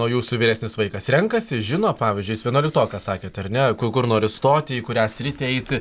o jūsų vyresnis vaikas renkasi žino pavyzdžiui jis vienuoliktokas sakėt ar ne ku kur nori stoti į kurią sritį eiti